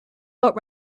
boat